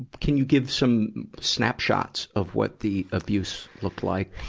can you give some snapshots of what the abuse looked like